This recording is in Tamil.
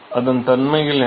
அதன் தன்மைகள் என்ன